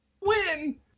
win